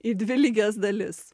į dvi lygias dalis